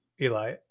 Eli